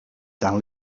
tant